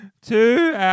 Two